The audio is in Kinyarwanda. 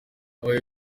yabaye